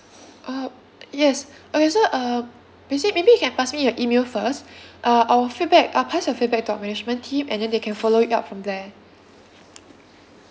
oh yes okay so uh miss lee maybe you can pass me your email first uh I'll feedback I'll pass your feedback to our management team and then they can follow it up from there